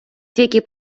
тільки